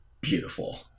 Beautiful